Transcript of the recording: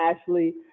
Ashley